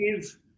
give